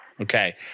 Okay